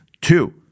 Two